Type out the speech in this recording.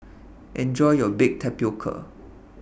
Enjoy your Baked Tapioca